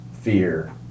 fear